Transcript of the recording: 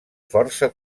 força